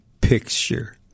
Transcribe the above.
picture